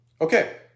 okay